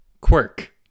quirk